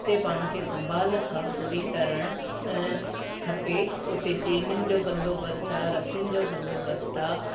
उते पाण खे संभाल सां थोरो तरणु खपे उते चेइनिनि जो बंदोबस्तु आहे रसियुनि जो बंदोबस्तु आहे